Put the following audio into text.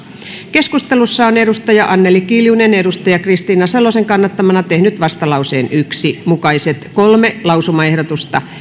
keskustelussa on anneli kiljunen kristiina salosen kannattamana tehnyt vastalauseen yksi mukaiset kolme lausumaehdotusta